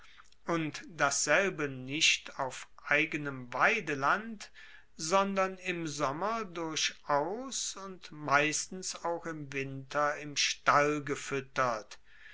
und dasselbe nicht auf eigenem weideland sondern im sommer durchaus und meistens auch im winter im stall gefuettert